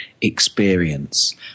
experience